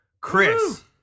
Chris